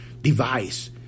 device